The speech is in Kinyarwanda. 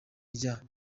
rya